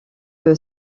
que